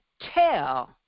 tell